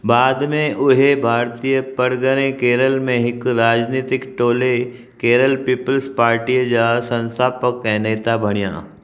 बाद में उहे भारतीय पड़गणे केरल में हिकु राजनीतिक टोले केरल पीपल्स पार्टीअ जा संस्थापकु ऐं नेता बणिया